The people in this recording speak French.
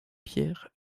pierre